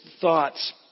thoughts